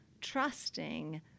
trusting